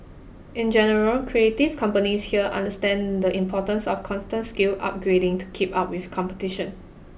in general creative companies here understand the importance of constant skill upgrading to keep up with competition